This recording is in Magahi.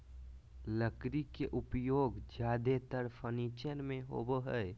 लकड़ी के उपयोग ज्यादेतर फर्नीचर में होबो हइ